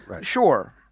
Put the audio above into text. Sure